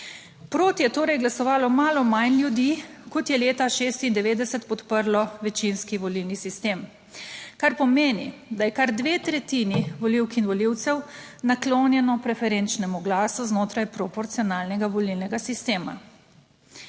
Proti je torej glasovalo malo manj ljudi, kot je leta 1996 podprlo večinski volilni sistem. Kar pomeni, da je kar dve tretjini volivk in volivcev naklonjeno preferenčnemu glasu znotraj proporcionalnega volilnega sistema.